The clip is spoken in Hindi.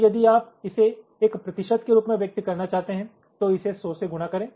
तो यदि आप इसे एक प्रतिशत के रूप में व्यक्त करना चाहते हैं तो इसे 100 से गुणा करें